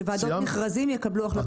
שוועדות מכרזים יקבלו החלטות --- סיימת?